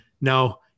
Now